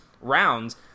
rounds